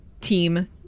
team